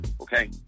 Okay